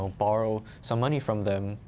borrow some money from them.